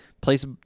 place